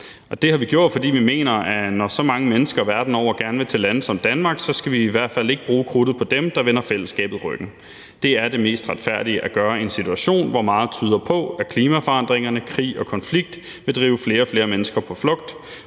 Det har vi gjort, fordi vi mener, at når så mange mennesker verden over gerne vil til lande som Danmark, skal vi i hvert fald ikke bruge krudtet på dem, der vender fællesskabet ryggen. Det er det mest retfærdige at gøre i en situation, hvor meget tyder på, at klimaforandringer, krige og konflikter vil drive flere og flere mennesker på flugt.